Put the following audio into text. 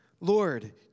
Lord